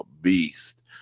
beast